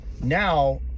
Now